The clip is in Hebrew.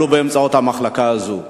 עלו באמצעות המחלקה הזאת.